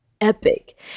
epic